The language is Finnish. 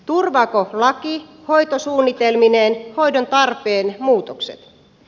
turvaako laki hoitosuunnitelmineen hoidon tarpeen muutokset